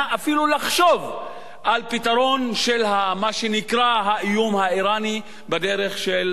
על פתרון של מה שנקרא האיום האירני בדרך של התקפה.